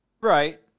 Right